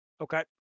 Okay